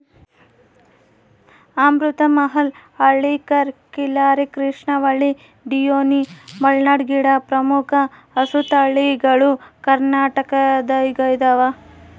ಅಮೃತ ಮಹಲ್ ಹಳ್ಳಿಕಾರ್ ಖಿಲ್ಲರಿ ಕೃಷ್ಣವಲ್ಲಿ ಡಿಯೋನಿ ಮಲ್ನಾಡ್ ಗಿಡ್ಡ ಪ್ರಮುಖ ಹಸುತಳಿಗಳು ಕರ್ನಾಟಕದಗೈದವ